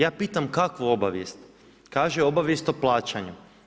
Ja pitam kakvu obavijest, kaže obavijest o plaćanju.